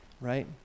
right